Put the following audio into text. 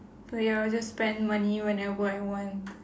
so ya I'll just spend money whenever I want